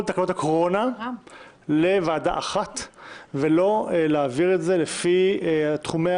תקנות הקורונה לוועדה אחת ולא להעביר את זה לפי תחומי